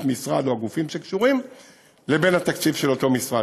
משרד או הגופים שקשורים ובין התקציב של אותו משרד.